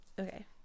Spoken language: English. Okay